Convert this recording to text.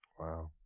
Wow